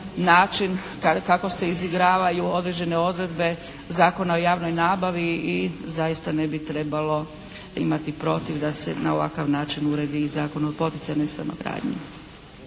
način kako se izigravaju određene odredbe Zakona o javnoj nabavi i zaista ne bi trebalo imati protiv da se na ovakav način uredi i Zakon o poticajnoj stanogradnji.